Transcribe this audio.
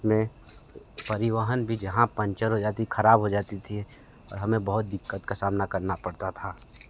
में परिवहन भी जहाँ पंचर हो जाती खराब हो जाती थी और हमें बहुत दिक्कत का सामना करना पडता था